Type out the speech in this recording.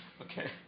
Okay